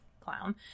clown